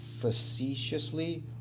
facetiously